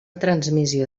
transmissió